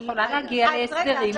את יכולה להגיע להסדרים עם דולות.